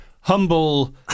humble